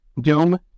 Doom